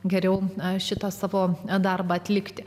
geriau na šitą savo darbą atlikti